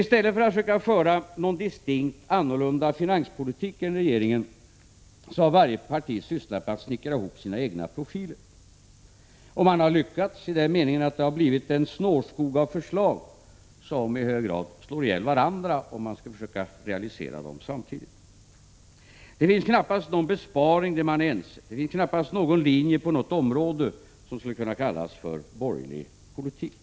I stället för att försöka föra en distinkt och annorlunda finanspolitik än regeringen har varje parti sysslat med att snickra ihop sina egna profiler. De har lyckats i den meningen att det har blivit en snårskog av förslag, som i hög grad slår ihjäl varandra, om man skall försöka realisera dem samtidigt. Det finns knappast någon besparing om vilken man är ense, och det finns knappast en linje på något område som skulle kunna kallas för borgerlig politik.